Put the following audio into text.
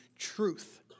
truth